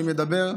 אני אומר: